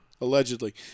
Allegedly